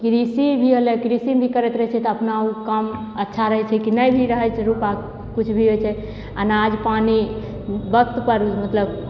कृषि भी होलै कृषि भी करैत रहै छै तऽ अपना ओ काम अच्छा रहै छै कि नहि भी रहै छै रुपा कुछ भी होइ छै अनाज पानी वक्तपर मतलब